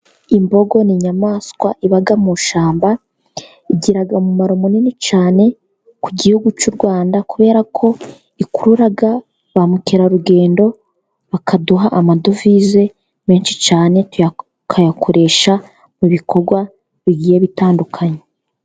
Imbogo ni inyamaswa iba mu ishamba, igira umumaro munini cyane ku Gihugu cy'u Rwanda, kubera ko ikurura bamukerarugendo bakaduha amadovize menshi cyane, tuyakayakoresha mu bikorwa bigiye bitandukanye.